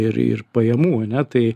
ir ir pajamų ane tai